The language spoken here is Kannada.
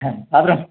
ಹ್ಞೂ ಆದರೂ